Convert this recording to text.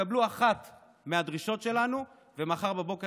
תקבלו אחת מהדרישות שלנו ומחר בבוקר